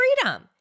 Freedom